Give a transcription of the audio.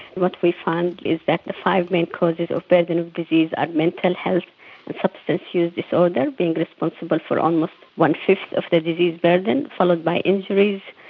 what we found is that the five main causes of the burden of disease are mental health and substance use disorder being responsible for almost one-fifth of the disease burden, followed by injuries,